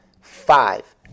five